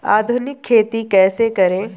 आधुनिक खेती कैसे करें?